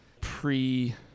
pre